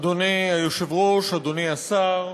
אדוני היושב-ראש, אדוני השר,